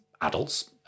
adults